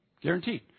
Guaranteed